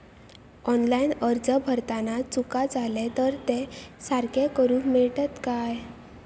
Online अर्ज भरताना चुका जाले तर ते सारके करुक मेळतत काय?